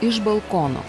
iš balkono